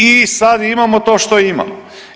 I sad imamo to što imamo.